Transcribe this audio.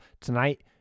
tonight